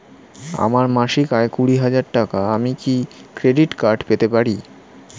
আমার মাসিক আয় কুড়ি হাজার টাকা আমি কি ক্রেডিট কার্ড পেতে পারি?